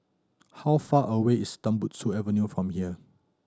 how far away is Tembusu Avenue from here